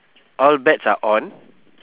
all bets are on